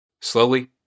Slowly